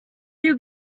you